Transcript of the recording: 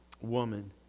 woman